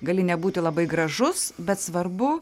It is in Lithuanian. gali nebūti labai gražus bet svarbu